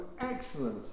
excellent